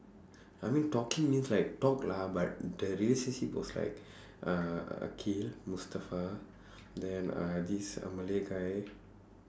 I mean talking means like talk lah but the relationship was like uh akhil mustafa then uh this malay guy